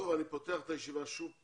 אני פותח את הישיבה שוב פעם,